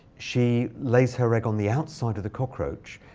she lays her egg on the outside of the cockroach.